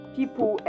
People